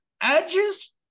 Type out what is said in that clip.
Edges